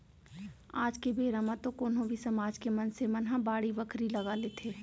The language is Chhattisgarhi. आज के बेरा म तो कोनो भी समाज के मनसे मन ह बाड़ी बखरी लगा लेथे